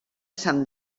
saint